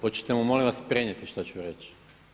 Hoćete li mu molim vas prenijeti što su reći?